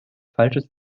falsches